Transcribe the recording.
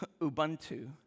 ubuntu